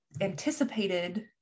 anticipated